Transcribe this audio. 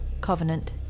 covenant